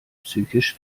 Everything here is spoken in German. psychisch